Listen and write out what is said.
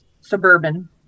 suburban